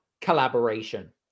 collaboration